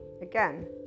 again